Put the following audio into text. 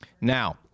Now